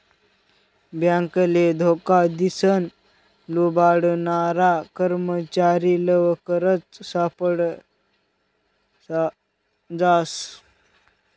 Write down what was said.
बॅकले धोका दिसन लुबाडनारा कर्मचारी लवकरच सापडी जास